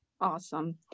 Awesome